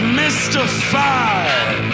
mystified